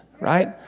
right